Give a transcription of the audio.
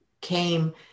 came